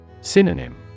Synonym